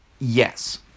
yes